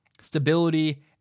stability